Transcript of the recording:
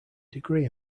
degree